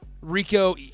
Rico